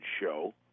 show